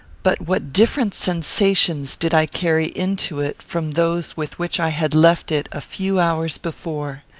but what different sensations did i carry into it from those with which i had left it a few hours before!